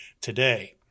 today